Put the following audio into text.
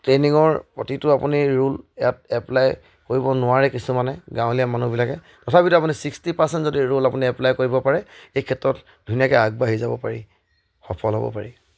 ট্ৰেইনিঙৰ প্ৰতিটো আপুনি ৰোল ইয়াত এপ্লাই কৰিব নোৱাৰে কিছুমানে গাঁৱলীয়া মানুহবিলাকে তথাপিতো আপুনি ছিক্সটি পাৰ্চেণ্ট যদি ৰোল আপুনি এপ্লাই কৰিব পাৰে এই ক্ষেত্ৰত ধুনীয়াকৈ আগবাঢ়ি যাব পাৰি সফল হ'ব পাৰি